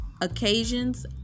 occasions